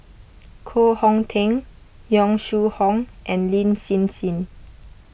Koh Hong Teng Yong Shu Hoong and Lin Hsin Hsin